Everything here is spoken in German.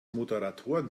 moderatoren